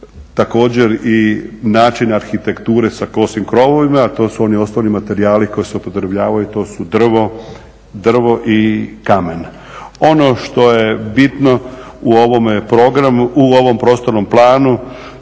također i način arhitekture sa kosim krovovima a to su oni osnovni materijali koji se upotrjebljavaju to su drvo i kamen. Ono što je bitno u ovom prostornom planu